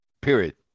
Period